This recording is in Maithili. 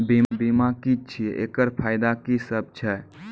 बीमा की छियै? एकरऽ फायदा की सब छै?